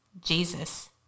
Jesus